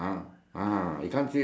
because the arrow